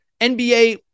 NBA